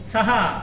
Saha